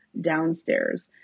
downstairs